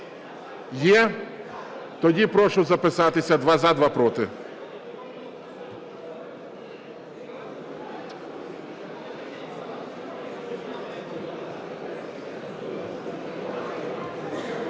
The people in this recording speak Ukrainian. Є. Тоді прошу записатися: два – за, два – проти.